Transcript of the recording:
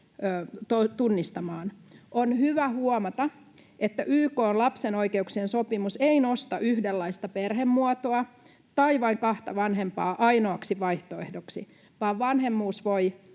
tunnistamaan. On hyvä huomata, että YK:n lapsen oikeuksien sopimus ei nosta yhdenlaista perhemuotoa tai vain kahta vanhempaa ainoaksi vaihtoehdoksi vaan vanhemmuus voi